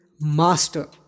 Master